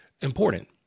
important